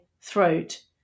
throat